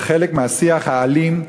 זה חלק מהשיח האלים,